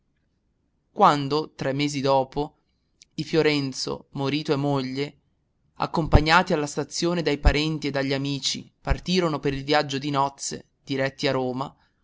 quando tre mesi dopo i fiorenzo marito e moglie accompagnati alla stazione dai parenti e dagli amici partirono per il viaggio di nozze diretti a roma